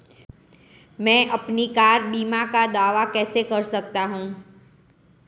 मैं अपनी कार बीमा का दावा कैसे कर सकता हूं?